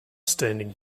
standing